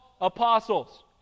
apostles